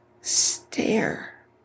stare